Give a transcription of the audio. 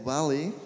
Valley